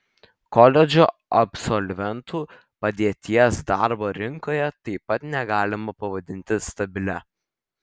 koledžų absolventų padėties darbo rinkoje taip pat negalima pavadinti stabilia